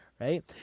right